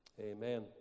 Amen